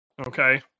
okay